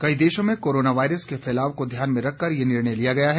कई देशों में कोरोना वायरस के फैलाव को ध्यान में रखकर ये निर्णय लिया गया है